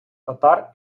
татар